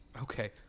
Okay